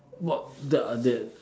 what there there's